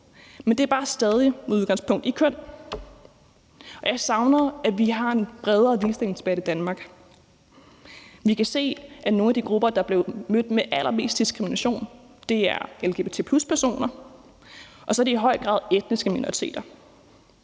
Men det er bare stadig med udgangspunkt i køn, og jeg savner, at vi har en bredere ligestillingsdebat i Danmark. Vi kan se, at nogle af de grupper, der er blevet mødt med allermest diskrimination, er lgbt+-personer, og så er det i høj grad etniske minoriteter.